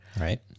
Right